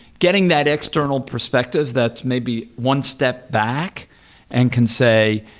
getting that external perspective that's maybe one step back and can say,